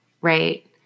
right